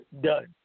Done